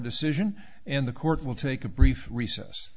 decision in the court will take a brief recess